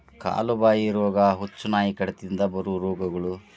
ಕಾಲು ಬಾಯಿ ರೋಗಾ, ಹುಚ್ಚುನಾಯಿ ಕಡಿತದಿಂದ ಬರು ರೋಗಗಳು